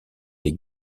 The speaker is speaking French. les